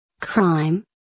Crime